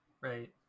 Right